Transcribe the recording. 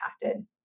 impacted